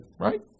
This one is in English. right